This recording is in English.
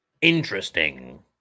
Interesting